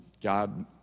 God